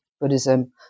Buddhism